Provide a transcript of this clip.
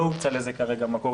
לא הוקצה לזה כרגע מקור.